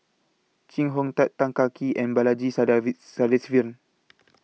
Chee Hong Tat Tan Kah Kee and Balaji Sadasivan